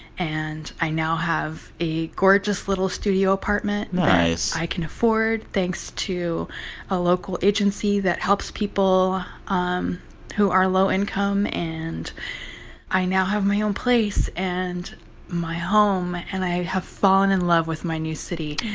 and i now have a gorgeous little studio apartment nice. that i can afford thanks to a local agency that helps people um who are low-income. and i now have my own place and my home. and i have fallen in love with my new city.